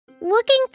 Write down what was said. Looking